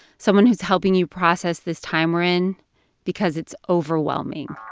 someone who's helping you process this time we're in because it's overwhelming